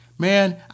man